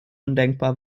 undenkbar